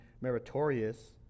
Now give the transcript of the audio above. meritorious